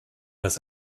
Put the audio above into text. dass